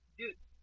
dude